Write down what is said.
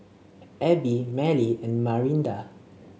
Abie Mallie and Marinda